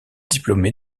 diplômé